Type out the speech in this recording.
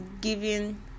giving